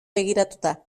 begiratuta